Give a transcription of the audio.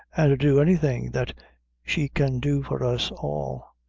and to do anything that she can do for us all.